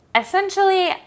essentially